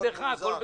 בבקשה.